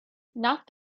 not